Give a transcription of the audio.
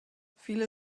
viele